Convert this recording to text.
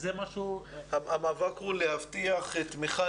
זה משהו --- המאבק הוא להבטיח תמיכה